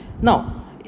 Now